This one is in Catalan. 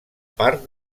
part